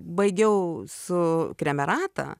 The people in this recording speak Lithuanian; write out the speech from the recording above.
baigiau su kremerata